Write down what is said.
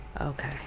Okay